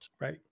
Right